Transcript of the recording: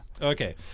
Okay